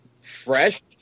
fresh